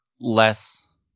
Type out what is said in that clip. less